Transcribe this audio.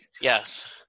Yes